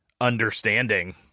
understanding